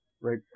Right